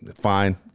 fine